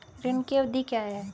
ऋण की अवधि क्या है?